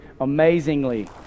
amazingly